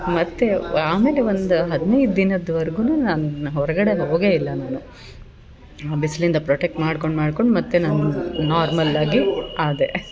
ಮತ್ತು ವಾ ಆ ಮೇಲೆ ಒಂದು ಹದಿನೈದು ದಿನದವರ್ಗು ನಾನು ಹೊರಗಡೆ ಹೋಗೇ ಇಲ್ಲ ನಾನು ಆ ಬಿಸಿಲಿಂದ ಪ್ರೊಟೆಕ್ಟ್ ಮಾಡ್ಕೊಂಡು ಮಾಡ್ಕೊಂಡು ಮತ್ತು ನಾನು ನಾರ್ಮಲ್ ಆಗಿ ಆದೆ